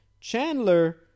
Chandler